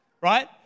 right